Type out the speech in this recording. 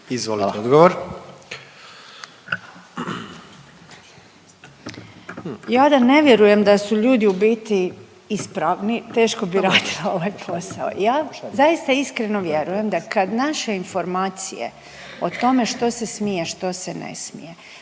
Nina (HDZ)** Ja da ne vjerujem da su ljudi u biti ispravni teško bi radila ovaj posao. Ja zaista iskreno vjerujem da kad naše informacije o tome što se smije, a što se ne smije